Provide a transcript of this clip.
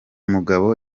mugabo